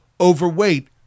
overweight